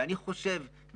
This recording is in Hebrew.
ואני חושב,